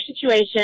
situation